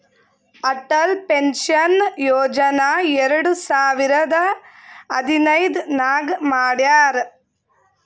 Atal pension Yojana ಎರಡು ಸಾವಿರದ ಹದಿನೈದ್ ನಾಗ್ ಮಾಡ್ಯಾರ್